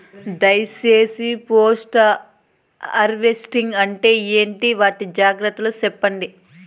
దయ సేసి post harvesting అంటే ఏంటి? వాటి జాగ్రత్తలు సెప్పండి?